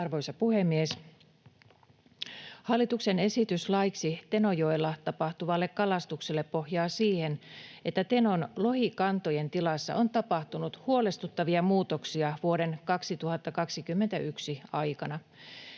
Arvoisa puhemies! Hallituksen esitys laiksi Tenojoella tapahtuvalle kalastukselle pohjaa siihen, että Tenon lohikantojen tilassa on tapahtunut huolestuttavia muutoksia vuoden 2021 aikana.